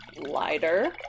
Lighter